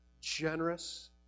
generous